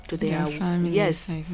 yes